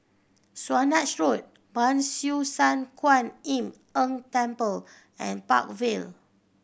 Swanage Road Ban Siew San Kuan Im Tng Temple and Park Vale